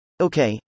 Okay